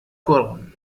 couronne